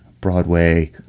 Broadway